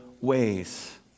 ways